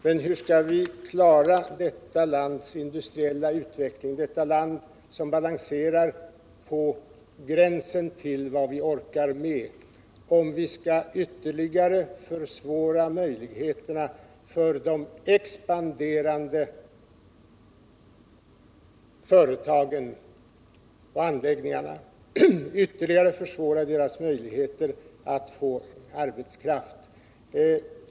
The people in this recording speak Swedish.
Men hur skall vi klara den industriella utvecklingen i detta land — detta land där vi balanserar på gränsen till vad vi orkar med om vi skall ytterligare försvåra möjligheterna för de expanderande företagen och anläggningarna, ytterligare försvåra deras möjligheter att få arbetskraft?